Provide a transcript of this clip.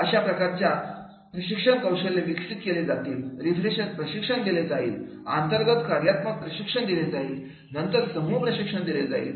अशा प्रकारच्या प्रशिक्षणामध्ये कौशल्ये विकसित केली जातील रिफ्रेशर प्रशिक्षण दिले जाईल अंतर्गत कार्यात्मक प्रशिक्षण दिले जाईल नंतर समूह प्रशिक्षण दिले जाईल